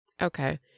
Okay